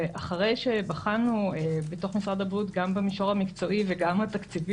אחרי שבחנו בתוך משרד הבריאות גם במישור המקצועי וגם התקציבי,